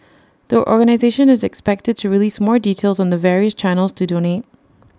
the organisation is expected to release more details on the various channels to donate